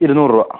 ഇരുന്നൂറ് രൂപ